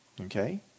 Okay